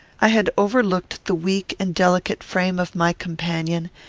i had overlooked the weak and delicate frame of my companion,